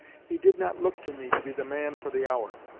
he did not look to me to be the man for the hour.